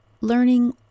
Learning